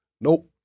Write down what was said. Nope